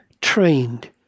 trained